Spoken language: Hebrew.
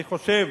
אני חושב,